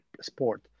sport